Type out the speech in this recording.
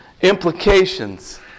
implications